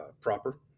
proper